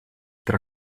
tra